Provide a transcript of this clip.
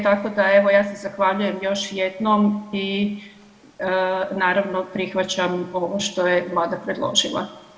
Tako da evo ja se zahvaljujem još jednom i naravno prihvaćam ovo što je vlada predložila.